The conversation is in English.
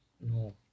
no